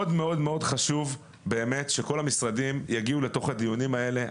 מאוד מאוד מאוד חשוב באמת שכל המשרדים יגיעו לדיונים האלה,